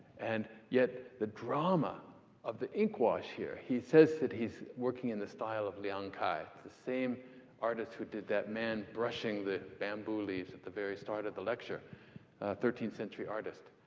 and yet the drama of the ink wash here. he says that he's working in the style of liang kai, the same artist who did that man brushing the bamboo leaves at the very start of the lecture. a thirteenth century artist.